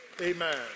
Amen